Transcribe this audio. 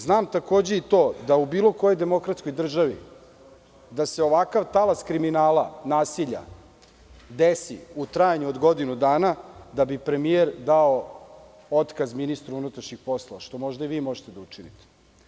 Znam takođe i to da u bilo kojoj demokratskoj državi ovakav talas kriminala, nasilja desi u trajanju od godinu dana, da bi premijer dao otkaz ministru unutrašnjih poslova, što možda i vi možete da učinite.